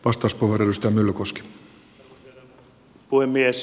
arvoisa herra puhemies